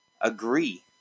agree